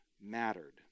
mattered